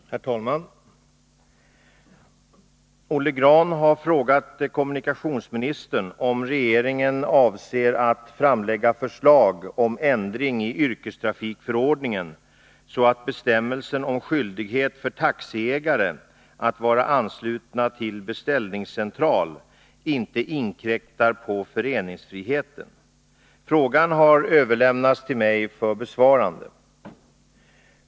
Herr talman! Olle Grahn har frågat kommunikationsministern om regeringen avser att framlägga förslag om ändring i yrkestrafikförordningen, så att bestämmelsen om skyldighet för taxiägare att vara anslutna till beställningscentral inte inkräktar på föreningsfriheten. Frågan har överlämnats till mig för besvarande.